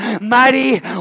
mighty